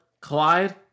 Clyde